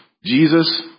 Jesus